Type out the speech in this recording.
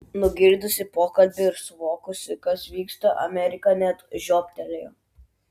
nugirdusi pokalbį ir suvokusi kas vyksta amerika net žiobtelėjo